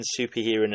superhero